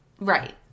right